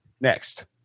Next